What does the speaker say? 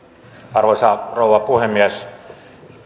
arvoisa rouva puhemies